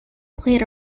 played